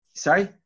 Sorry